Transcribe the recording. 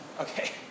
Okay